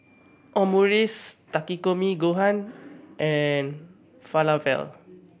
Omurice Takikomi Gohan and Falafel